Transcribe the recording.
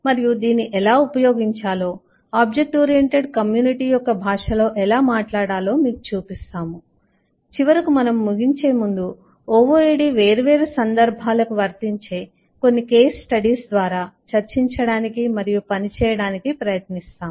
మరియు దీన్ని ఎలా ఉపయోగించాలో ఆబ్జెక్ట్ ఓరియెంటెడ్ కమ్యూనిటీ యొక్క భాషలో ఎలా మాట్లాడాలో మీకు చూపిస్తాము చివరకు మనము ముగించే ముందు OOAD వేర్వేరు సందర్భాలకు వర్తించే కొన్ని కేస్ స్టడీస్ ద్వారా చర్చించడానికి మరియు పని చేయడానికి ప్రయత్నిస్తాము